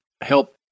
help